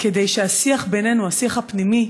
כדי שהשיח בינינו, השיח הפנימי,